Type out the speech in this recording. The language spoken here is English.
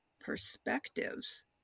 perspectives